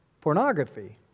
pornography